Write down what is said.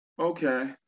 Okay